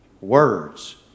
words